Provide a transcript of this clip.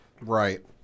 Right